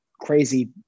crazy